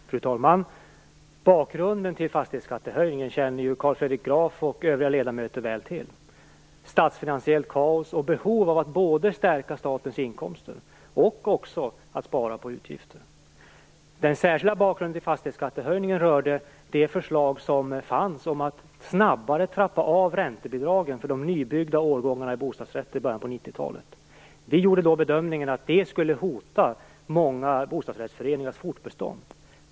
Fru talman! Bakgrunden till fastighetsskattehöjningen känner ju Carl Fredrik Graf och övriga ledamöter väl till: statsfinansiellt kaos och behov av att både stärka statens inkomster och att spara på utgifterna. Den särskilda bakgrunden till fastighetsskattehöjningen rörde det förslag som fanns om att snabbare trappa av räntebidragen för de nybyggda årgångarna bostadsrätter i början av 1990-talet. Vi gjorde då bedömningen att det skulle hota många bostadsrättsföreningars fortbestånd.